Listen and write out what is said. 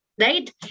right